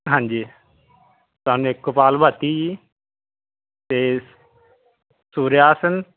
ਹਾਂਜੀ ਤੁਹਾਨੂੰ ਇੱਕ ਕਪਾਲਭਾਤੀ ਅਤੇ ਸੂਰਿਆ ਆਸਨ